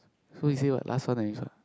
so he say what last one I use what